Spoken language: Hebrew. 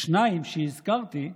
השניים שהזכרתי,